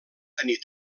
tenir